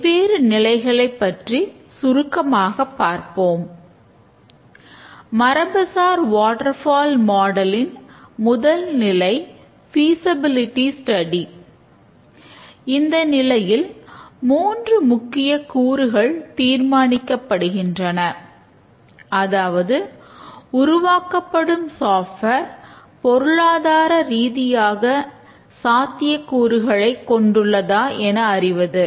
வெவ்வேறு நிலைகளைப் பற்றி சுருக்கமாக பார்ப்போம் மரபுசார் வாட்டர் பால் மாடலின் பொருளாதார ரீதியான சாத்தியக்கூறுகளை கொண்டுள்ளதா என அறிவது